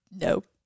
Nope